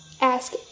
ask